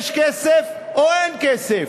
יש כסף או אין כסף?